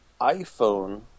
iPhone